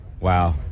Wow